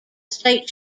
state